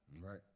right